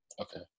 Okay